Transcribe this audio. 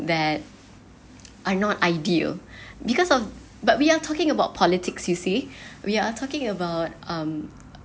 that are not ideal because of but we are talking about politics you see we are talking about um